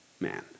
man